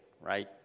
right